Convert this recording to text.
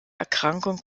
erkrankung